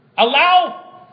Allow